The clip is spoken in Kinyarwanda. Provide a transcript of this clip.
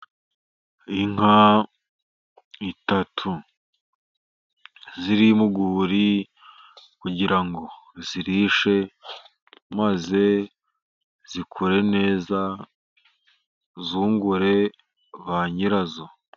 Inka eshatu ziri mu rwuri kugira ngo zirishe, maze zikure neza zungure ba nyirazo.